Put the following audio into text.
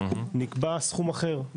נקבע סכום אחר,